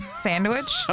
Sandwich